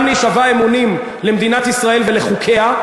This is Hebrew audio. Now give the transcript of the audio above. גם להישבע אמונים למדינת ישראל ולחוקיה,